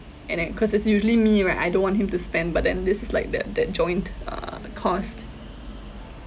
and then cause it's usually me right I don't want him to spend but then this is like that that joint uh costs